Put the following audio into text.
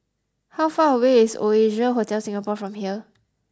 how far away is Oasia Hotel Singapore from here